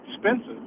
expensive